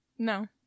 no